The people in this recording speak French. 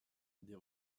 des